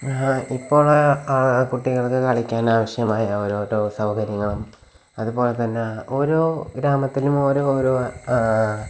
ഇപ്പോള് കുട്ടികള്ക്ക് കളിക്കാനാവശ്യമായ ഓരോരോ സൗകര്യങ്ങളും അതുപോലെതന്നെ ഓരോ ഗ്രാമത്തിലും ഓരോ ഓരോ